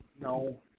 No